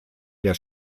der